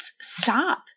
stop